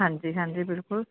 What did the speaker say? ਹਾਂਜੀ ਹਾਂਜੀ ਬਿਲਕੁਲ